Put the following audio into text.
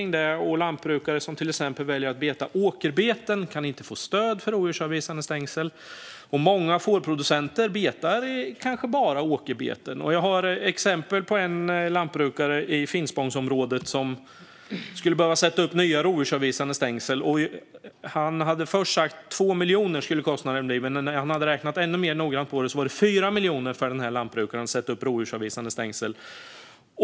Till exempel kan lantbrukare som väljer åkerbeten inte få stöd till rovdjursavvisande stängsel, och många fårproducenter har kanske bara åkerbeten. Jag har ett exempel med en lantbrukare i Finspångsområdet som skulle behöva sätta upp nya rovdjursavvisande stängsel. Han hade först sagt att kostnaden skulle bli 2 miljoner, men när han hade räknat ännu mer noggrant var det 4 miljoner det skulle kosta denne lantbrukare att sätta upp rovdjursavvisande stängsel.